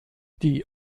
die